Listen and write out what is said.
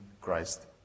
Christ